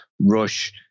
rush